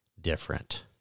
different